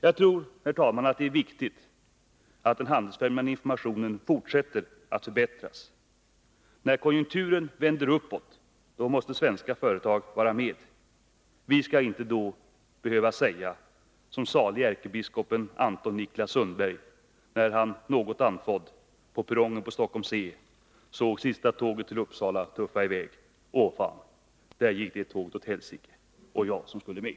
Jag tror, herr talman, att det är viktigt att den handelsfrämjande informationen fortsätter att förbättras. När konjunkturen vänder uppåt måste svenska företag vara med. Vi skall inte då behöva säga som salig ärkebiskopen Anton Niklas Sundberg, när han något andfådd på perrongen på Stockholms C såg sista tåget till Uppsala tuffa i väg: ”Å fan, där gick tåget åt helsicke! Och jag som skulle med!”